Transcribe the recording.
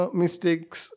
mistakes